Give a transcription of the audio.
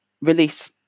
release